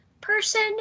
person